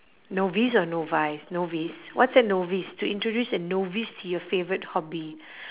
novice or novice novice what's a novice to introduce a novice to your favourite hobby